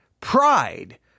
pride